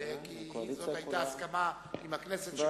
כי זאת היתה הסכמה עם הכנסת,